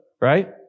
right